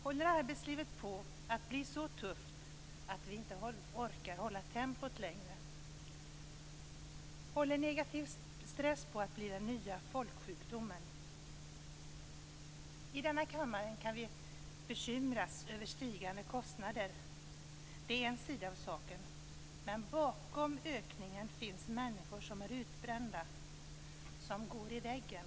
Håller arbetslivet på att bli så tufft att vi inte orkar hålla tempot längre? Håller negativ stress på att bli den nya folksjukdomen? I denna kammare kan vi bekymras över stigande kostnader. Det är en sida av saken. Men bakom ökningen finns människor som är utbrända, som går i väggen.